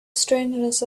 strangeness